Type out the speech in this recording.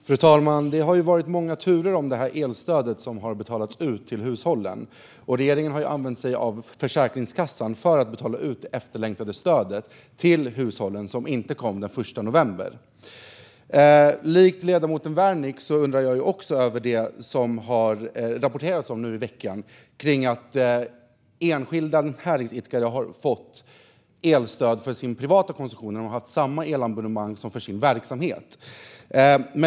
Fru talman! Det har varit många turer kring det elstöd som nu betalats ut till hushållen. Regeringen har använt sig av Försäkringskassan för att betala ut detta efterlängtade stöd - som inte kom den 1 november. Likt ledamoten Wärnick undrar jag över det som rapporterats i veckan om att enskilda näringsidkare har fått elstöd för sin privata konsumtion när de haft samma elabonnemang för sin verksamhet.